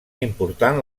important